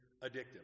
addictive